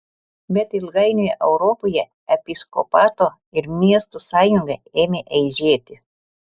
bet ilgainiui europoje episkopato ir miestų sąjunga ėmė eižėti